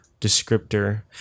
descriptor